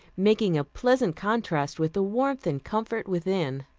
making a pleasant contrast with the warmth and comfort within.